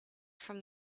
from